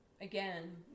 again